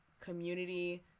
community